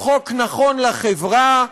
הוא חוק נכון לחברה.